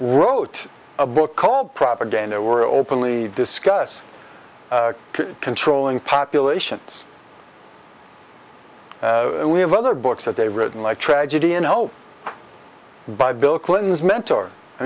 wrote a book called propaganda were openly discuss controlling populations we have other books that they've written like tragedy and hope by bill clinton's mentor i